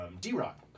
D-Rock